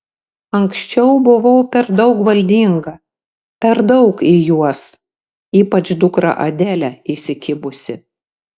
anksčiau buvau per daug valdinga per daug į juos ypač dukrą adelę įsikibusi